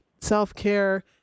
self-care